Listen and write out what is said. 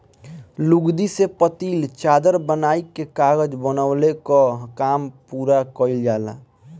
लुगदी से पतील चादर बनाइ के कागज बनवले कअ काम पूरा कइल जाला